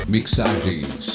Mixagens